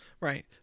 Right